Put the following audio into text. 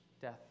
death